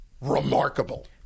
remarkable